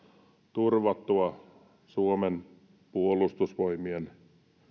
turvattua suomen puolustusvoimien